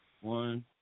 one